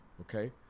okay